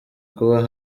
kuba